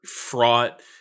fraught